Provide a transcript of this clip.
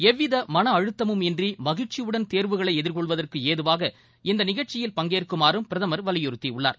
எவ்வித மன அழுத்தமும் இன்றி மகிழ்ச்சியுடன் தேர்வுகளை எதிர் கொள்வதற்கு ஏதுவாக இந்த நிகழ்ச்சியில் பங்கேற்குமாறும் பிரதமர் வலியுறுத்தியுள்ளார்